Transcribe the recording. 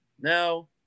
Now